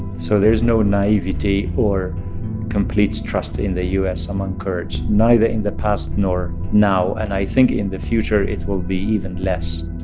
so there's no naivete or complete trust in the u s. among kurds neither in the past nor now, and i think in the future, it will be even less.